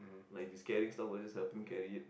like if he's carrying stuff will just help him carry it